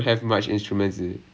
!aiyo!